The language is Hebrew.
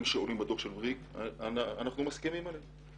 שעולים בדוח של בריק אנחנו מסכימים עליהם.